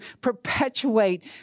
perpetuate